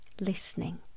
listening